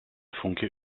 funke